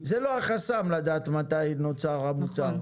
זה לא החסם, לדעת מתי נוצר המוצר.